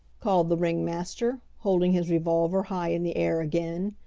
called the ringmaster, holding his revolver high in the air again.